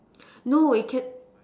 no it can